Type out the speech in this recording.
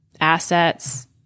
assets